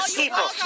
people